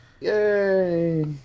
Yay